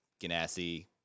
Ganassi